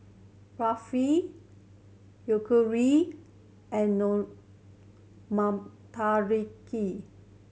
Barfi Yakitori and Motoyaki